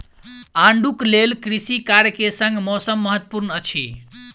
आड़ूक लेल कृषि कार्य के संग मौसम महत्वपूर्ण अछि